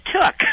took